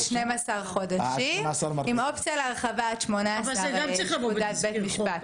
12 חודשים עם אופציה להרחבה עד 18 לפקודת בית משפט.